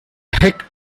heck